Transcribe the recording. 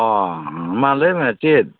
ᱚ ᱢᱟ ᱞᱟᱹᱭᱢᱮ ᱪᱮᱫ